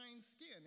skin